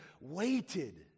waited